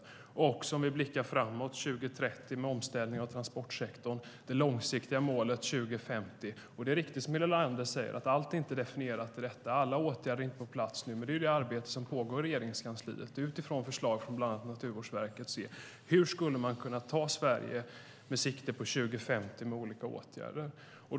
Detta gäller också om vi blickar framåt till 2030 med omställningen av transportsektorn och det långsiktiga målet 2050. Det är riktigt som Helena Leander säger att allt inte är definierat när det gäller detta. Alla åtgärder är inte på plats nu, men det är arbetet med hur Sverige ska ta sikte på 2050 med hjälp av olika åtgärder som pågår i Regeringskansliet utifrån förslag från bland annat Naturvårdsverket.